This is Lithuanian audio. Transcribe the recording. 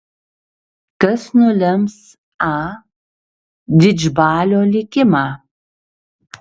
kas nulems a didžbalio likimą